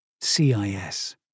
CIS